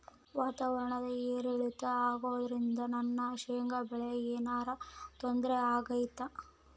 ವಾತಾವರಣ ಏರಿಳಿತ ಅಗೋದ್ರಿಂದ ನನ್ನ ಶೇಂಗಾ ಬೆಳೆಗೆ ಏನರ ತೊಂದ್ರೆ ಆಗ್ತೈತಾ?